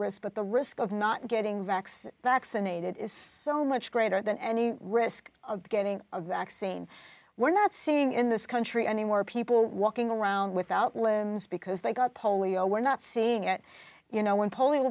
risk but the risk of not getting wrecks that's unaided is so much greater than any risk of getting a vaccine we're not seeing in this country anymore people walking around without limbs because they got polio we're not seeing it you know when polio